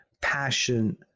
passion